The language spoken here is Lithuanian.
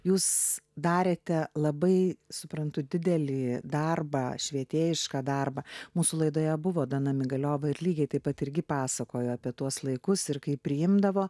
jūs darėte labai suprantu didelį darbą švietėjišką darbą mūsų laidoje buvo dana migaliova ir lygiai taip pat irgi pasakojo apie tuos laikus ir kaip priimdavo